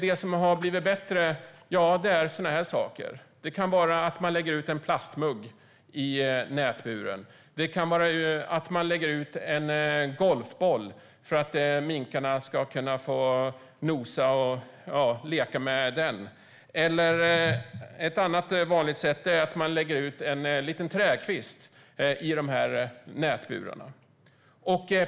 Det som har blivit bättre kan vara att man lägger ut en plastmugg i nätburen. Det kan vara att man lägger ut en golfboll för att minkarna ska kunna nosa på och leka med den. Ett annat vanligt exempel är att man lägger ut en liten trädkvist i nätburen.